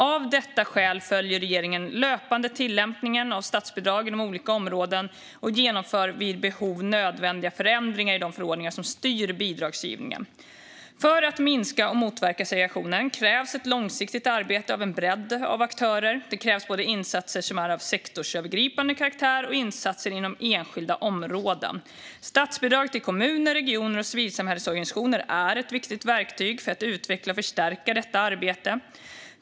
Av detta skäl följer regeringen löpande tillämpningen av statsbidrag inom olika områden och genomför vid behov nödvändiga förändringar i de förordningar som styr bidragsgivningen. För att minska och motverka segregationen krävs ett långsiktigt arbete av en bredd av aktörer. Det krävs både insatser som är av sektorsövergripande karaktär och insatser inom enskilda områden. Statsbidrag till kommuner, regioner och civilsamhällesorganisationer är ett viktigt verktyg för att utveckla och förstärka detta arbete.